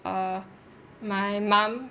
err my mum